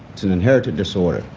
it's an inherited disorder.